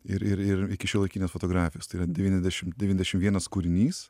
ir ir ir iki šiuolaikinės fotografijos tai yra devyniasdešim devyniasdešim vienas kūrinys